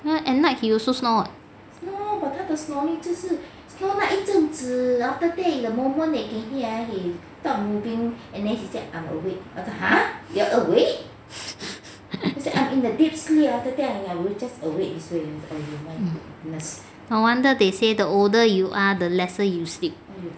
well at night he also snore [what] no wonder they say the older you are the lesser you sleep